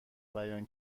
بیان